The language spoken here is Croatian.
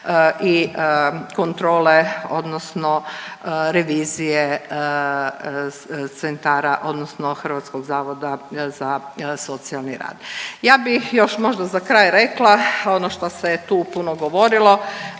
i kontrole odnosno revizije centara odnosno Hrvatskog zavoda za socijalni rad. Ja bih možda još za kraj rekla ono što se je tu puno govorilo